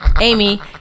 Amy